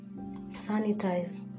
sanitize